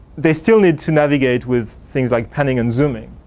they still need to navigate with things like panning and zooming.